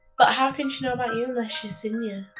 but how could she know about you unless she's seen ya'?